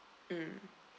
mm